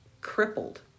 crippled